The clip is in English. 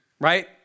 right